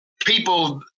people